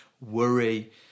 worry